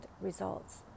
results